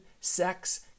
sex